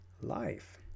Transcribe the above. life